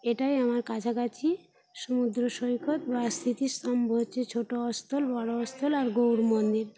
এটাই আমার কাছাকাছি সমুদ্র সৈকত আর স্মৃতি স্তম্ভ ছোটো স্থল বড়ো স্থল আর গৌড় মন্দির